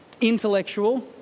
intellectual